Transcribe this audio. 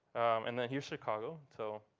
and then here's chicago. so